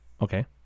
Okay